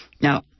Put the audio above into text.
Now